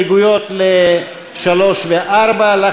אין הסתייגויות ל-3 ו-4,